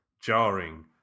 jarring